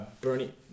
Bernie